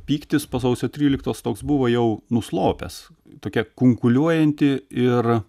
pyktis po sausio tryliktos toks buvo jau nuslopęs tokia kunkuliuojanti ir